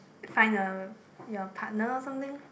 find a your partner or something